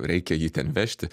reikia jį ten vežti